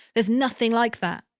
there's nothing like that